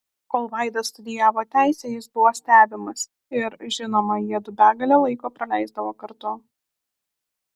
kol vaida studijavo teisę jis buvo stebimas ir žinoma jiedu begalę laiko praleisdavo kartu